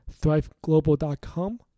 thriveglobal.com